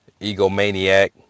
egomaniac